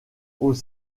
aux